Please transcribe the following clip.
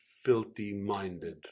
Filthy-minded